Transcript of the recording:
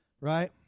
right